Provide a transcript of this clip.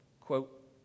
quote